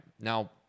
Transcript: Now